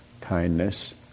kindness